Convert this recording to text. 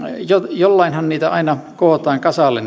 jollainhan niitä vaihtoehtobudjetteja aina kootaan kasalle